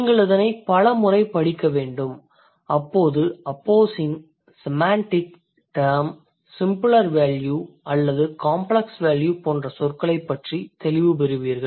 நீங்கள் இதனை பல முறை படிக்க வேண்டும் அப்போது opposing semantic term simpler value அல்லது காம்ப்ளக்ஸ் வேல்யூ போன்ற சொற்களைப் பற்றி தெளிவு பெறுவீர்கள்